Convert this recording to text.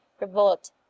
revolt